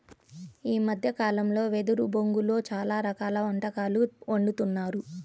ఈ మద్దె కాలంలో వెదురు బొంగులో చాలా రకాల వంటకాలు వండుతున్నారు